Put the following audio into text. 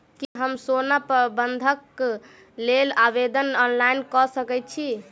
की हम सोना बंधन कऽ लेल आवेदन ऑनलाइन कऽ सकै छी?